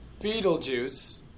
Beetlejuice